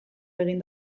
egin